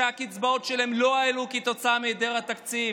שהקצבאות שלהם לא הועלו כתוצאה מהיעדר תקציב?